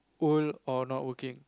old or not working